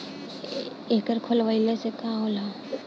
एकर खोलवाइले से का होला?